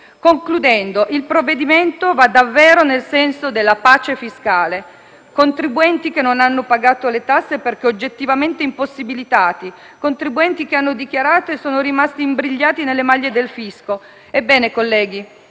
Concludendo, il provvedimento va davvero nel senso della pace fiscale: contribuenti che non hanno pagato le tasse perché oggettivamente impossibilitati, contribuenti che hanno dichiarato e sono rimasti imbrigliati nelle maglie del fisco. Ebbene, colleghi,